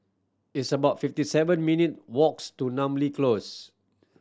it's about fifty seven minute walks to Namly Close